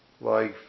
life